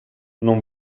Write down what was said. non